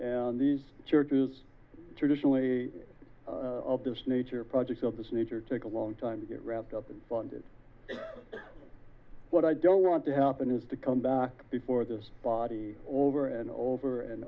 and these churches traditionally of this nature projects of this nature take a long time to get wrapped up in funding what i don't want to happen is to come back before this body all over and over and